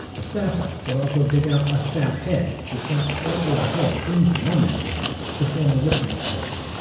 the sapper would also dig out a sap head which went slightly ahead, into no-man's land, to form a listening post.